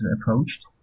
approached